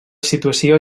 situació